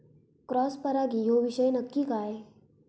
Cross परागी ह्यो विषय नक्की काय?